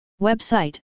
Website